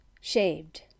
shaved